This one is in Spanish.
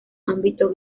ámbito